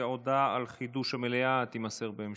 הודעה על חידוש המליאה תימסר בהמשך.